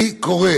אני קורא